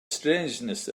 strangeness